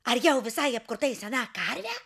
ar jau visai apkurtai sena karve